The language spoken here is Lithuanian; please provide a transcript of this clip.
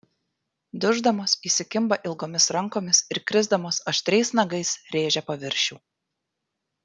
duždamos įsikimba ilgomis rankomis ir krisdamos aštriais nagais rėžia paviršių